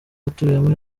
atuyemo